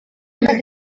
γραφείο